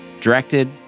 Directed